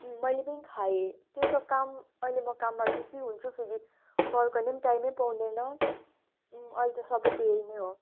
मैले पनि खाएँ त्यो त काम अहिले म काममा बिजी हुन्छु फेरि कल गर्ने पनि टाइम नै पाउँदैन अहिले त सबैको यही नै हो